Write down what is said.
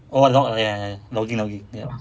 oh log ya ya ya log in log in ya